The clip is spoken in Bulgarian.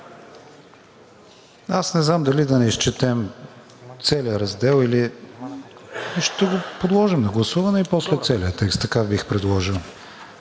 Аз не знам дали да не изчетем целия раздел, или ще го подложим на гласуване и после целия текст? Така бих предложил